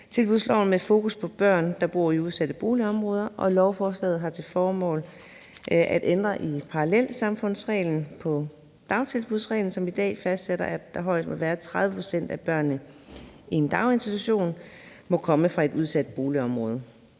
dagtilbudsloven med fokus på børn, der bor i udsatte boligområder, og lovforslaget har til formål at ændre i parallelsamfundsreglen på dagtilbudsområdet, som i dag fastsætter, at højst 30 pct. af børnene i en daginstitution må komme fra et udsat boligområde.